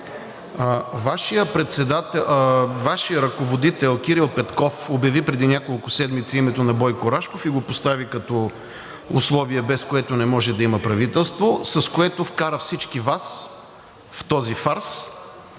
да е така. Вашият ръководител Кирил Петков обяви преди няколко седмици името на Бойко Рашков и го постави като условие, без което не може да има правителство, с което вкара всички Вас в този фарс.